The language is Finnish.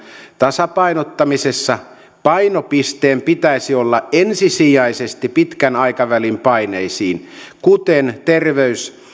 tasapainottamisessa painopisteen pitäisi olla ensisijaisesti pitkän aikavälin paineissa kuten terveys